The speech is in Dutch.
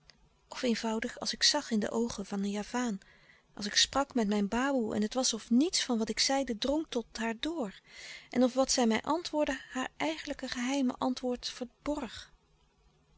of eenvoudig als ik zag in de oogen van een javaan als ik sprak met mijn baboe en het was of niets van wat ik zeide drong tot haar door en of wat zij mij antwoordde haar eigenlijk geheime antwoord verborg